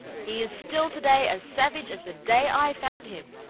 he is still today as savage as the day i found him.